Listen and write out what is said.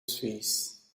fees